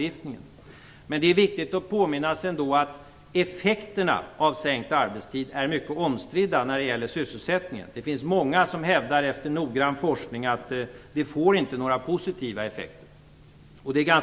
Det är emellertid ändå viktigt att påminna sig att effekterna på sysselsättningen av sänkt arbetstid är mycket omstridda. Många hävdar efter noggrann forskning att en sänkning av arbetstiden inte får några positiva effekter på sysselsättningen.